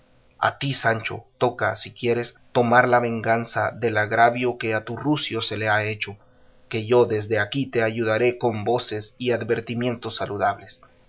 a ti sancho toca si quieres tomar la venganza del agravio que a tu rucio se le ha hecho que yo desde aquí te ayudaré con voces y advertimientos saludables